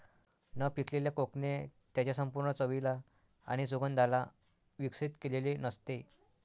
न पिकलेल्या कोकणे त्याच्या संपूर्ण चवीला आणि सुगंधाला विकसित केलेले नसते